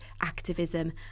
activism